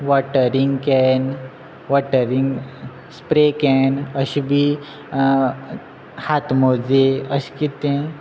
watering can watering spray can अशे बी हात मोजे अशें कितें